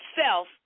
self